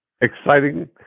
Exciting